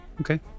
Okay